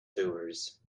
doers